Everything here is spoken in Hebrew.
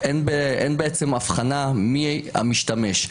אין בעצם הבחנה מי המשתמש.